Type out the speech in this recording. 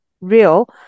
real